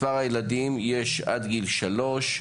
מספר הילדים יש עד גיל שלוש,